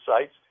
sites